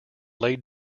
laid